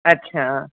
ਅੱਛਾ